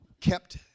kept